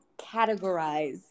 categorize